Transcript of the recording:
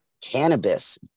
cannabis